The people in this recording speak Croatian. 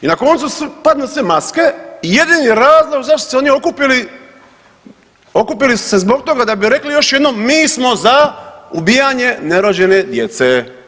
I na koncu padnu sve maske i jedini razlog zašto su se oni okupili, okupili su se zbog toga da bi rekli još jednom, mi smo za ubijanje nerođene djece.